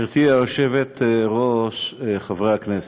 גברתי היושבת-ראש, חברי הכנסת,